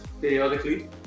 periodically